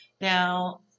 now